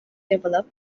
develop